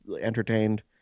entertained